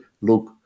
look